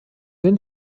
den